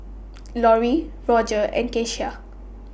Lorrie Rodger and Keshia